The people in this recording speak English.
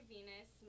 Venus